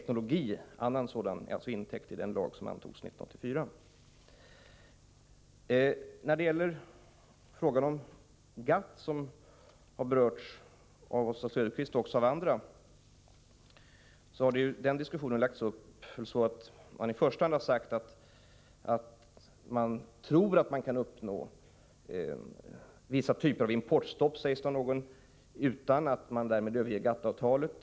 När det gäller GATT, som har berörts av Oswald Söderqvist och andra, har diskussionen lagts upp så, att någon har sagt att man tror att det i första hand är möjligt att uppnå vissa typer av importstopp utan att därmed överge GATT-avtalet.